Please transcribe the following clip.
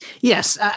yes